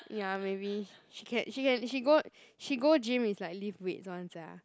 ya maybe she can she can she go she go gym is like lift weights [one] sia